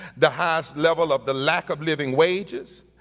the highest level of the lack of living wages,